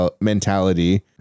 mentality